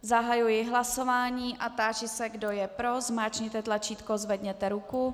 Zahajuji hlasování a táži se, kdo je pro, zmáčkněte tlačítko a zvedněte ruku.